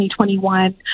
2021